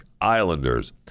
Islanders